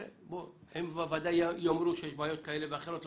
הם ודאי יאמרו שיש בעיות כאלה ואחרות.